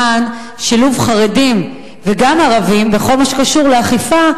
למען שילוב חרדים וגם ערבים בכל מה שקשור לאכיפה,